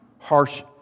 harsh